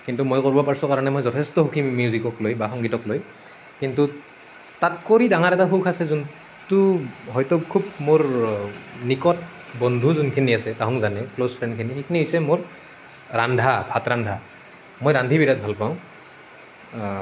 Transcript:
কিন্তু মই কৰিব পাৰিছোঁ কাৰণে মই যথেষ্ট সুখী মিউজিকক লৈ বা সংগীতক লৈ কিন্তু তাত কৰি ডাঙৰ এটা সুখ আছে যোনটো হয়তো খুব মোৰ নিকট বন্ধু যোনখিনি আছে তাহোন জানে ক্ল'জ ফ্ৰেণ্ডখিনি সেইখিন হৈছে মোৰ ৰন্ধা ভাত ৰন্ধা মই ৰান্ধি বিৰাট ভাল পাওঁ